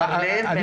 אני